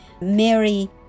Mary